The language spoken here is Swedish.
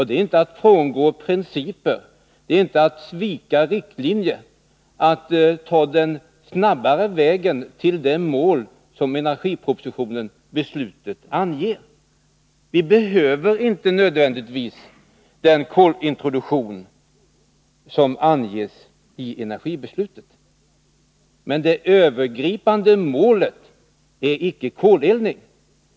Det är inte att frångå principer eller svika riktlinjer att ta den snabbare vägen till de mål som fastställdes i beslutet med anledning av energipropositionen. Vi behöver inte nödvändigtvis den kolintroduktion som anges i energibeslutet. Det övergripande målet är icke koleldning.